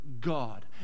God